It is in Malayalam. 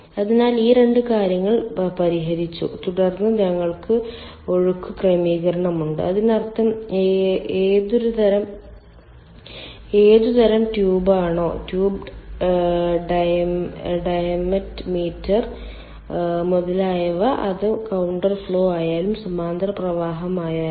അതിനാൽ ഈ 2 കാര്യങ്ങൾ പരിഹരിച്ചു തുടർന്ന് ഞങ്ങൾക്ക് ഒഴുക്ക് ക്രമീകരണം ഉണ്ട് അതിനർത്ഥം ഏതുതരം ട്യൂബ് ആണോ ട്യൂബ് ഡയമെറ്റ് മീറ്റർ മുതലായവ അത് കൌണ്ടർ ഫ്ലോ ആയാലും സമാന്തര പ്രവാഹമായാലും